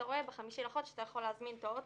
אתה רואה ב-5 לחודש אתה יכול להזמין את האוטובוס,